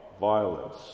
violence